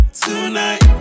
tonight